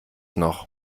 noch